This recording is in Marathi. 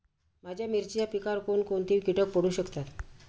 माझ्या मिरचीच्या पिकावर कोण कोणते कीटक पडू शकतात?